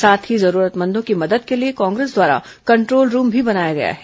साथ ही जरूरतमंदों की मदद के लिए कांग्रेस द्वारा कंट्रोल रूम भी बनाया गया है